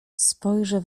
spojrzę